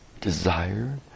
Desire